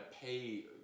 pay